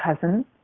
cousin